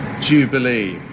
jubilee